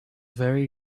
very